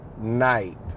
night